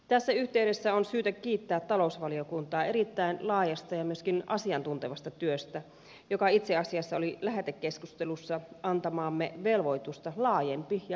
tässä yhteydessä on syytä kiittää talousvaliokuntaa erittäin laajasta ja myöskin asiantuntevasta työstä joka itse asiassa oli lähetekeskustelussa antamaamme velvoitusta laajempi ja perinpohjaisempi